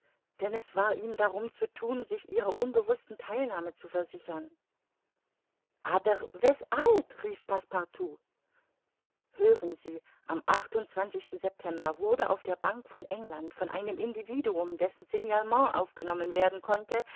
denn es war ihm darum zu thun sich ihrer unbewußten theilnahme zu versichern aber weshalb rief passepartout hören sie am september wurde auf der bank von england von einem individuum dessen signalement aufgenommen werden konnte